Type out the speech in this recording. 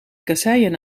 kasseien